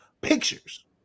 pictures